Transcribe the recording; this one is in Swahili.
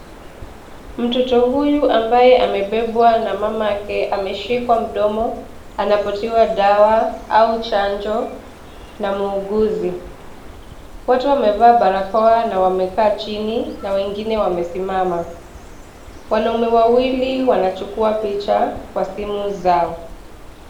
Mtoto huyu ambaye amebebwa na mamake ameshikwa mdomo anapatiwa dawa au chanjo na muuguzi. Wote wamevaa barakoa na wamekaa chini na wengine wamesimama. Wanaume wawili wanachukua picha kwa simu zao.